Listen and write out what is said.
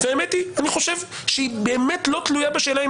והאמת שאני חושב שהיא באמת לא תלויה בשאלה אם